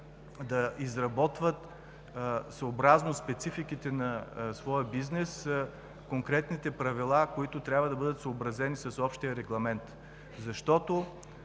да изработват, съобразно спецификите на своя бизнес, конкретните правила, които трябва да бъдат съобразени с общия регламент.